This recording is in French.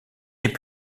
est